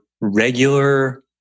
regular